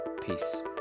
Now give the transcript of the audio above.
Peace